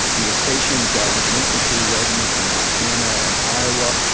he was stationed with an infantry regiment in montana and iowa.